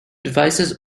devices